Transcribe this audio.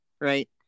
right